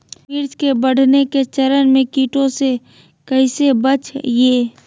मिर्च के बढ़ने के चरण में कीटों से कैसे बचये?